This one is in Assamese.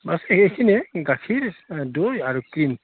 বছ সেইখিনি গাখীৰ দৈ আৰু ক্ৰীম